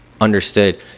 understood